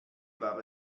war